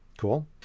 Cool